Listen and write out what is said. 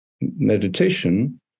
Meditation